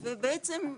בעצם,